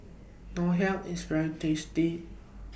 Ngoh Hiang IS very tasty